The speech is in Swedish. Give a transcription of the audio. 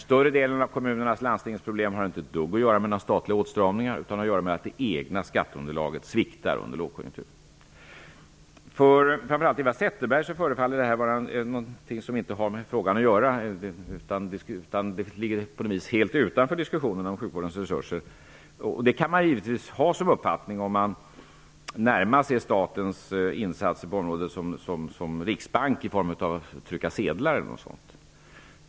Större delen av kommunernas och landstingens problem har inte ett dugg att göra med statliga åtstramningar, utan problemen har att göra med att det egna skatteunderlaget sviktar under en lågkonjunktur. För framför allt Eva Zetterberg förefaller detta inte ha med frågan att göra. På något vis ligger det helt utanför diskussionerna om sjukvårdens resurser. Den uppfattningen kan man givetvis ha, om man närmast ser statens insatser på området som en riksbank som trycker sedlar osv.